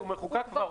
הוא חוקק כבר.